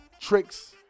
tricks